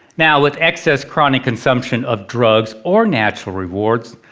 now, with excess chronic consumption of drugs or natural rewards,